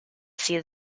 see